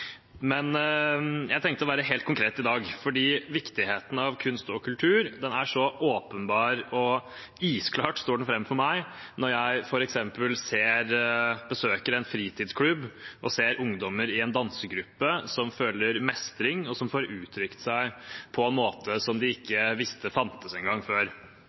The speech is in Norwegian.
Men jeg tenkte å være helt konkret i dag, for viktigheten av kunst og kultur er så åpenbar – og isklar, står den fram for meg – når jeg f.eks. besøker en fritidsklubb og ser ungdommer i en dansegruppe som føler mestring, og som får uttrykt seg på en måte som de ikke visste fantes engang – eller når en